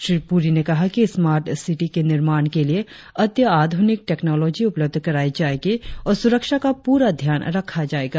श्री पुरी ने कहा कि स्मार्टसिटी के निर्माण के लिए अत्याध्रनिक टैक्नोलाँजी उपलब्ध कराई जाएगी और सुरक्षा का प्ररा ध्यान रखा जाएगा